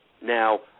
Now